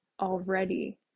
already